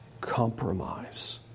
compromise